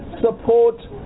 support